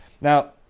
Now